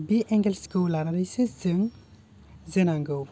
बे एंगेल्सखौ लानानैसो जों जोनांगौ